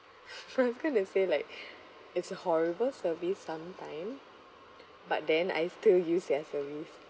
but I'm going to say like it's a horrible service sometimes but then I still use their service